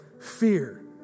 Fear